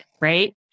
right